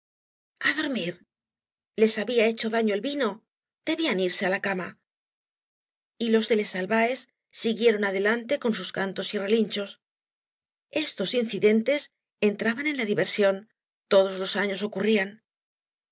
a dormir les había hecho daño el vino debían irse á la cama y los de les albaes siguieron adelante con sus cantos y relinchos estos incidentes entraban en la diversión todos ios años ocurrían